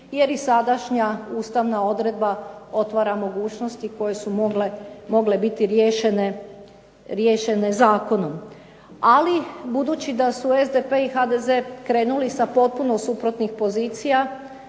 jer i sadašnja ustavna odredba otvara mogućnosti koje su mogle bit riješene zakonom. Ali budući da su SDP i HDZ krenuli sa potpuno suprotnih pozicija